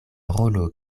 rolo